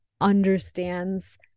understands